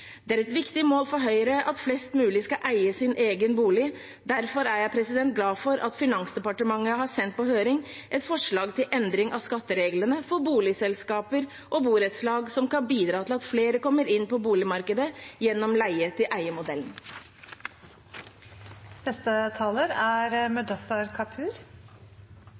Det er et viktig mål for Høyre at flest mulig skal eie sin egen bolig. Derfor er jeg glad for at Finansdepartementet har sendt på høring et forslag til endring av skattereglene for boligselskaper og borettslag som kan bidra til at flere kommer inn på boligmarkedet gjennom leie-til-eie-modellen. Det var en antydning til boligdebatt litt tidligere i